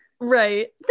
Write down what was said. Right